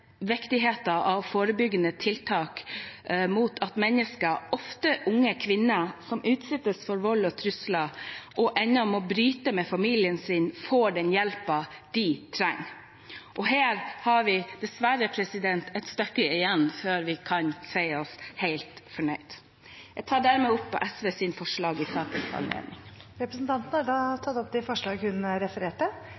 viktigheten av forebyggende tiltak, og at mennesker, ofte unge kvinner, som utsettes for vold og trusler og endatil må bryte med familien sin, får den hjelpen de trenger. Her har vi dessverre et stykke igjen før vi kan si oss helt fornøyd. Jeg tar dermed opp SVs forslag i sakens anledning. Representanten Mona Fagerås har